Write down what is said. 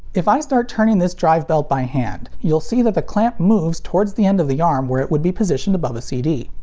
if i start turning this drive belt by hand, you'll see that the clamp moves towards the end of the arm where it would be positioned above a cd.